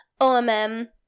OMM